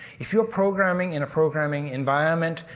if you're programming in a programming environment,